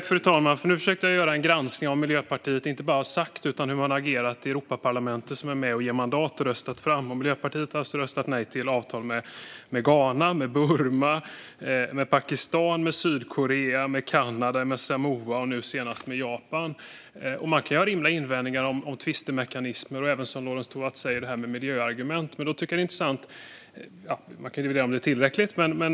Fru talman! Nu försökte jag göra en granskning av inte bara vad Miljöpartiet har sagt utan hur man har agerat i Europaparlamentet som är med och ger mandat och röstar fram avtal. Miljöpartiet har röstat nej till avtal med Ghana, Burma, Pakistan, Sydkorea, Kanada, Samoa och nu senast med Japan. Man kan ha rimliga invändningar om tvistemekanismer och även, som Lorentz Tovatt säger, miljöargument.